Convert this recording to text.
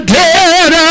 dead